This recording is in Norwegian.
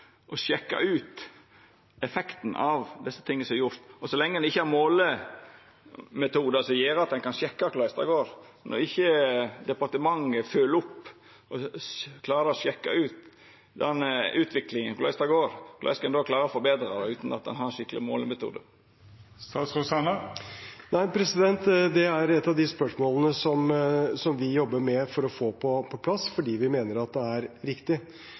å sjekka ut effekten av desse tinga som er gjorde. Så lenge ein ikkje har målemetodar som gjer at ein kan sjekka korleis det går, når departementet ikkje fylgjer opp eller klarar å sjekka utviklinga og korleis det går, korleis skal ein då klara å forbetra det utan at ein har skikkelege målemetodar? Det er et av de spørsmålene vi jobber med for å få på plass, fordi vi mener at det er riktig.